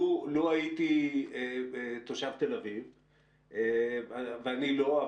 לו הייתי תושב תל אביב ואני לא,